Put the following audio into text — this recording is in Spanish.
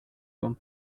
con